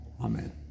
Amen